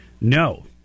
No